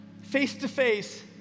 face-to-face